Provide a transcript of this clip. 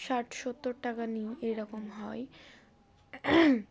ষাট সত্তর টাকা নিয়েই এরকম হয়